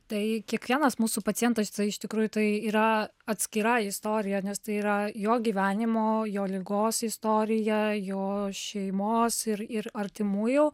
tai kiekvienas mūsų pacientas iš tikrųjų tai yra atskira istorija nes tai yra jo gyvenimo jo ligos istorija jo šeimos ir ir artimųjų